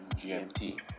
GMT